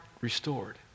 restored